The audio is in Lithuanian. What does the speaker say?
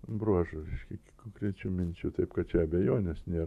bruožų reiškia konkrečių minčių taip kad čia abejonės nėra